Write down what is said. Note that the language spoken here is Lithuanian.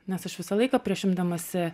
nes aš visą laiką prieš imdamasi